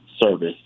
service